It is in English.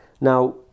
Now